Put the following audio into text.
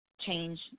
change